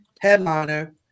headliner